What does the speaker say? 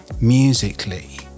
musically